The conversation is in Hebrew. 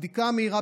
הבדיקה המהירה,